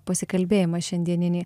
pasikalbėjimą šiandieninį